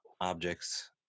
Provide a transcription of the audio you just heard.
objects